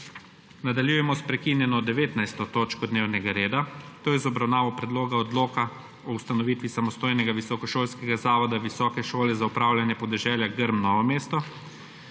Nadaljujemo s prekinjeno 23. točko dnevnega reda, to je z obravnavo Predloga odloka o ustanovitvi samostojnega visokošolskega zavoda Visoke šole za upravljanje podeželja Grm Novo mesto.